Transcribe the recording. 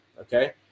Okay